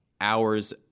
hours